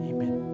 Amen